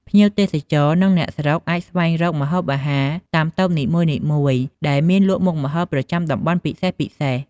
ភ្ញៀវទេសចរ និងអ្នកស្រុកអាចស្វែងរកម្ហូបអាហារតាមតូបនីមួយៗ ដែលមានលក់មុខម្ហូបប្រចាំតំបន់ពិសេសៗ។